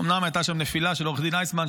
אומנם הייתה שם נפילה של עו"ד איסמן,